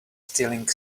stealing